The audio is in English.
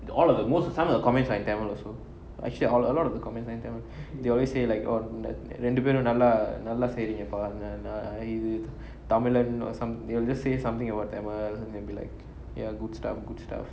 the all of the most of some of the comments are in tamil also actually a lot a lot of the comments are in tamil they always say like oh ரெண்டு பெரும் நல்லா நல்லா செய்றீங்க பா தமிழன்:rendu perum nalla nalla seireenga pa tamizhan they will just say something about tamil and be like ya good stuff good stuff